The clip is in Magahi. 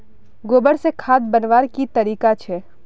गोबर से खाद बनवार की तरीका छे?